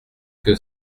que